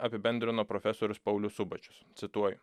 apibendrino profesorius paulius subačius cituoju